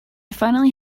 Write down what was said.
finally